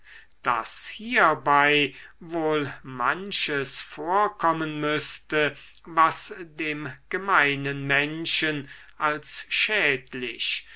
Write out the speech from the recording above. daß hierbei wohl manches vorkommen müßte was dem gemeinen menschen als schädlich